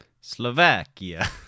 Slovakia